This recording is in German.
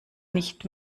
nicht